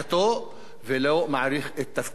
ולא מעריך את תפקידו הבא.